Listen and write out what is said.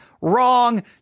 wrong